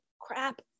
crap